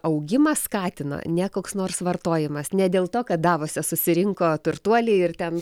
augimą skatina ne koks nors vartojimas ne dėl to kad davose susirinko turtuoliai ir ten